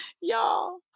Y'all